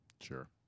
sure